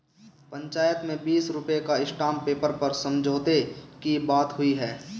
पंचायत में बीस रुपए का स्टांप पेपर पर समझौते की बात हुई है